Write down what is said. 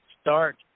start